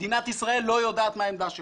מדינת ישראל לא יודעת מה העמדה שלה.